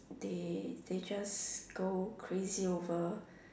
they they just go crazy over